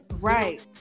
Right